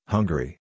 Hungary